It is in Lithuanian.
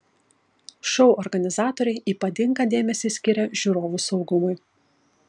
šou organizatoriai ypatingą dėmesį skiria žiūrovų saugumui